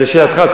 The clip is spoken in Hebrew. לשאלתך,